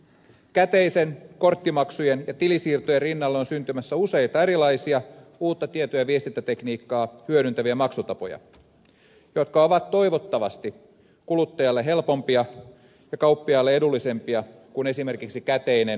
käteisen korttimaksujen ja tilisiirtojen rinnalle on syntymässä useita erilaisia uutta tieto ja viestintätekniikkaa hyödyntäviä maksutapoja jotka ovat toivottavasti kuluttajalle helpompia ja kauppiaille edullisempia kuin esimerkiksi käteinen tai luottokortit